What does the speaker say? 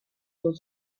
gŵyl